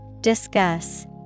Discuss